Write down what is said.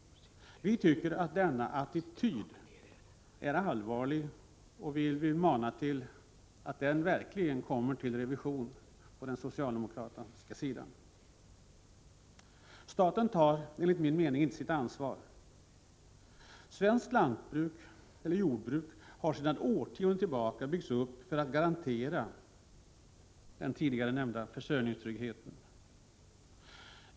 Vi tycker att denna attityd är allvarlig, och vi vill mana till en revidering av denna från socialdemokratisk sida. Enligt min mening tar staten inte sitt ansvar. Svenskt jordbruk har sedan årtionden tillbaka byggts upp för att garantera den tidigare nämnda försörjningstryggheten.